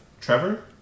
Trevor